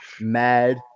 Mad